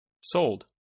Sold